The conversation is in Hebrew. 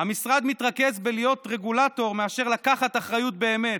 המשרד מתרכז בלהיות רגולטור יותר מאשר לקחת אחריות באמת.